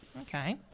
Okay